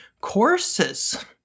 courses